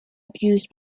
abused